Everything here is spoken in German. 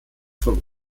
vom